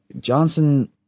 Johnson